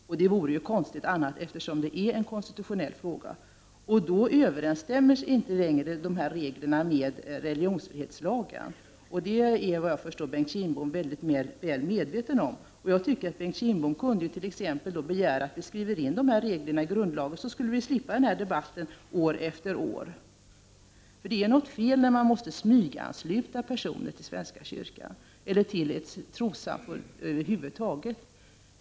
Något annat vore ju konstigt, eftersom det är en konstitutionell fråga. Då överensstämmer inte längre de här reglerna med religionsfrihetslagen. Det är, såvitt jag förstår, Bengt Kindbom väl medveten om. Jag tycker att Bengt Kindbom t.ex. kunde begära att vi skriver in dessa regler i grundlagen. Då skulle vi slippa den här debatten år efter år. Det är något fel när man måste smygansluta personer till svenska kyrkan eller till ett trossamfund över huvud taget.